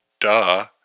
Duh